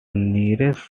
nearest